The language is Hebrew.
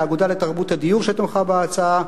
לאגודה לתרבות הדיור שתמכה בהצעה,